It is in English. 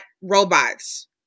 robots